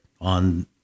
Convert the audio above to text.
on